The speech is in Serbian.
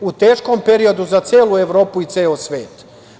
U teškom periodu za celu Evropu i ceo svet.